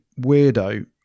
weirdo